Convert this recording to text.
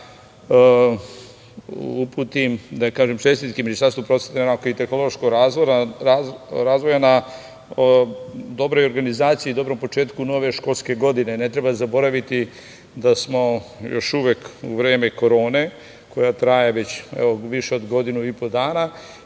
želim da uputim čestitke Ministarstvu prosvete, nauke i tehnološkog razvoja na dobroj organizaciji i dobrom početku nove školske godine. Ne treba zaboraviti da smo još uvek u vreme Korone, koja traje već, evo, više od godinu i po dana